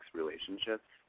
relationships